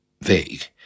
Vague